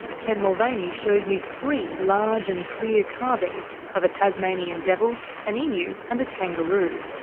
ken mulvaney shows me three large and clear carvings of a tasmanian devil, an emu and a kangaroo,